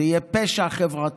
זה יהיה פשע חברתי.